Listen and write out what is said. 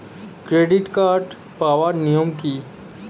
Credit card পাওয়ার নিয়ম কী?